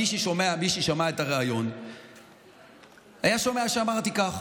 מי ששמע את הריאיון היה שומע שאמרתי כך,